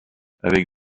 avec